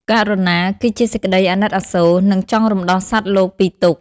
ករុណា គឺជាសេចក្តីអាណិតអាសូរ និងចង់រំដោះសត្វលោកពីទុក្ខ។